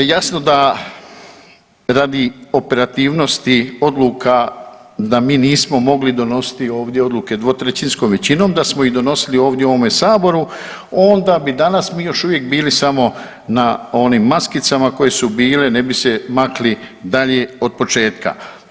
Jasno da radi operativnosti odluka da mi nismo mogli donositi ovdje odluke dvotrećinskom većinom, da smo ih donosili ovdje u ovome Saboru, onda bi danas mi još uvijek bili samo na onim maskicama koje su bile, ne bi se makli dalje od početka.